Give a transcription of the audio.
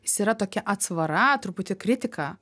jis yra tokia atsvara truputį kritika